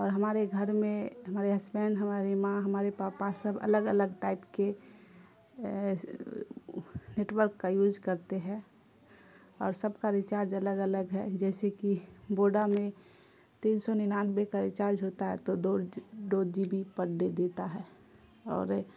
اور ہمارے گھر میں ہمارے ہسبینڈ ہماری ماں ہمارے پاپا سب الگ الگ ٹائپ کے نیٹورک کا یوج کرتے ہیں اور سب کا ریچارج الگ الگ ہے جیسے کہ بوڈا میں تین سو ننانوے کا ریچارج ہوتا ہے تو دو دو جی بی پر ڈے دیتا ہے اور